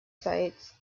sites